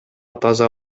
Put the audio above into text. таза